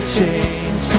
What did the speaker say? change